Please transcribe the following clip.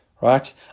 right